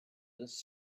this